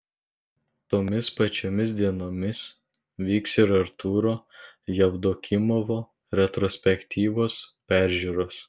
tomis pačiomis dienomis vyks ir artūro jevdokimovo retrospektyvos peržiūros